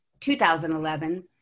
2011